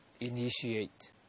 initiate